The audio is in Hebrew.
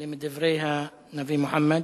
מדברי הנביא מוחמד,